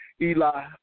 Eli